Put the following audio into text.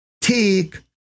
take